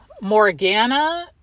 Morgana